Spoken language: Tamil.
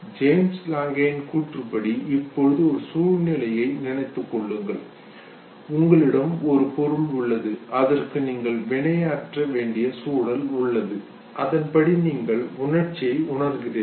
ஜேம்ஸ் லாங்கே கூற்றுப்படி இப்போது ஒரு சூழ்நிலையை நினைத்துக்கொள்ளுங்கள் உங்களிடம் ஒரு பொருள் உள்ளது அதற்கு நீங்கள் வினையாற்ற வேண்டிய சூழலில் உள்ளது அதன்படி நீங்கள் உணர்ச்சியை உணர்கிறீர்கள்